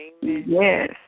Yes